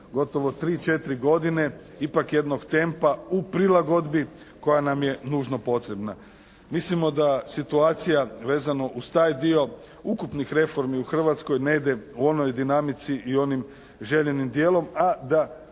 gotovo 3, 4 godine, ipak jednog tempa u prilagodbi koja nam je nužno potrebna. Mislimo da situacija vezano uz taj dio ukupnih reformi u Hrvatskoj ne ide u onoj dinamici i onim željenim dijelom,